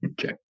Okay